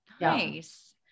Nice